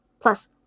plus